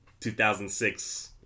2006